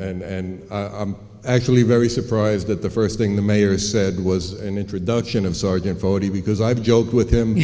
foti and i'm actually very surprised that the first thing the mayor said was an introduction of sergeant foti because i've joked with him